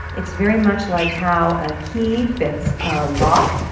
it's very much like how a key fits a lock.